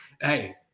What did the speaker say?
Hey